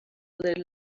little